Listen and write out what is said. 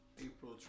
April